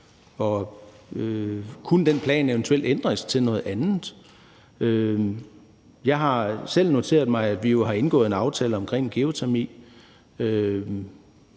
Kunne den plan eventuelt ændres til noget andet? Jeg har selv noteret mig, at vi jo har indgået en aftale om geotermi.